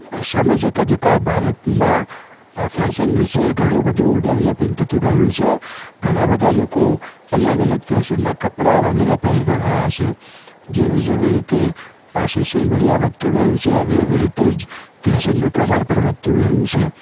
સમય જતાં જતાં ભારતમાં ફૅશન વિશે ઘણું બધું ડૅવલપિંગ થતું ગયું છે ઘણા બધા લોકો અલગ અલગ ફૅશનનાં કપડા વગેરે પહેરતા થયા છે જેવી જેવી રીતે અ સોશિયલ મીડિયા વધતું ગયું છે એવી એવી રીતે જ ફૅશનનું પ્રમાણ પણ વધતું ગયું છે